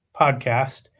podcast